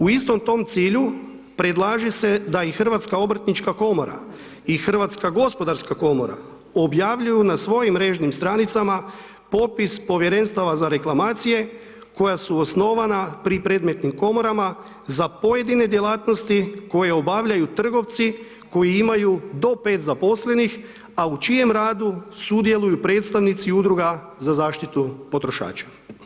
U istom tom cilju, predlaže se da i Hrvatska obrtnička komora i Hrvatska gospodarska komora, objavljuju na svojim mrežnim stranicama, potpis povjerenstava za reklamacije, koja su osnovana pri predmetnim komorama, za pojedine djelatnosti, koje obavljaju trgovci, koji imaju do 5 zaposlenih, a u čijem radu sudjeluju predstavnici udruga za zaštitu potrošača.